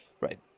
right